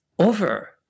over